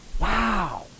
Wow